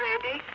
ready.